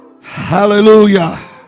Hallelujah